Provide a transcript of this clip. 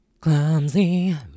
Clumsy